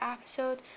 episode